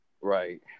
right